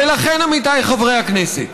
ולכן, עמיתיי חברי הכנסת,